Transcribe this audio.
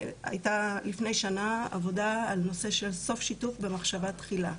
לפני שנה הייתה עבודה על סוף שיתוף במחשבה תחילה.